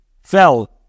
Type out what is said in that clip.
fell